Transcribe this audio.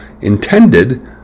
intended